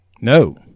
no